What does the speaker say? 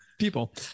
people